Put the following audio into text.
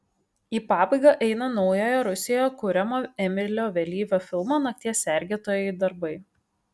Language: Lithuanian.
į pabaigą eina naujojo rusijoje kuriamo emilio vėlyvio filmo nakties sergėtojai darbai